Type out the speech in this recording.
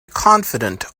confident